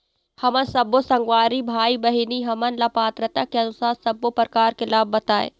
हमन सब्बो संगवारी भाई बहिनी हमन ला पात्रता के अनुसार सब्बो प्रकार के लाभ बताए?